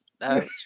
No